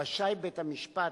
רשאי בית-המשפט,